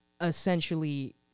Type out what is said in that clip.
essentially